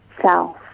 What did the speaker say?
self